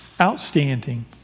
Outstanding